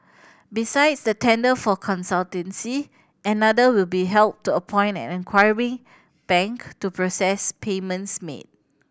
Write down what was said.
besides the tender for consultancy another will be held to appoint an acquiring bank to process payments made